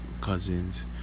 Cousins